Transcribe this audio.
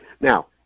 Now